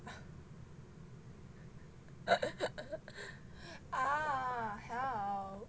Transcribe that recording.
ah 好